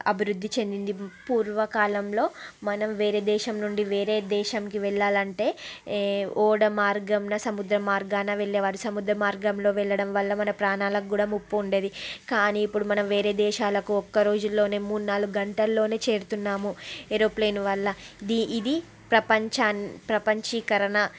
అభివృద్ధి చెందింది పూర్వకాలంలో మనం వేరే దేశం నుండి వేరే దేశంకి వెళ్ళాలి అంటే ఏ ఓడ మార్గంన సముద్ర మార్గాన వెళ్ళేవారు సముద్ర మార్గంలో వెళ్ళడం వల్ల మన ప్రాణాలకు కూడా ముప్పు ఉండేవి కానీ ఇప్పుడు మనం వేరే దేశాలకు ఒక్క రోజుల్లోనే మూడు నాలుగు గంటల్లోనే చేరుతున్నాము ఏరో ప్లేన్ వల్ల ది ఇది ప్రపంచాన్ని ప్రపంచీకరణ